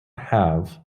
have